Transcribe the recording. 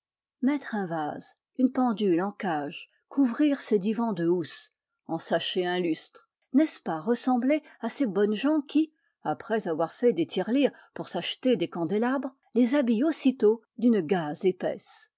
mettre un vase une pendule en cage couvrir ses divans de housses ensacher un lustre n'est-ce pas ressembler à ces bonnes gens qui après avoir fait des tirelires pour s'acheter des candélabres les habillent aussitôt d'une gaze épaisse